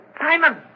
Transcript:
Simon